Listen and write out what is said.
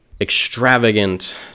extravagant